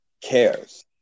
cares